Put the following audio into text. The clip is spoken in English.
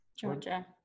Georgia